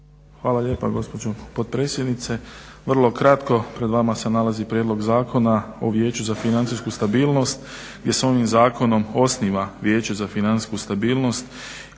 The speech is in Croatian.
Hvala lijepo gospođo potpredsjednice. Vrlo kratko, pred vama se nalazi Prijedlog zakona o vijeću za financijsku stabilnost gdje se ovim zakonom osniva Vijeće za financijsku stabilnost